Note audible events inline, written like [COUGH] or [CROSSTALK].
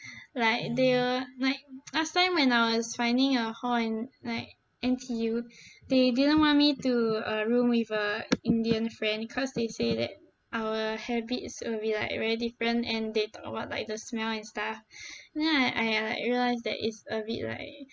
like they will like [NOISE] last time when I was finding a hall in like N_T_U they didn't want me to uh room with a indian friend cause they say that our habits will be like very different and they talk about like the smell and stuff then I I I realise that it's a bit like